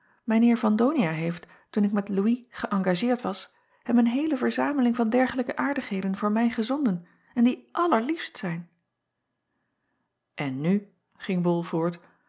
mijn eer van onia heeft toen ik met ouis geëngageerd was hem een heele verzameling van dergelijke aardigheden voor mij gezonden en die allerliefst zijn n nu ging ol voort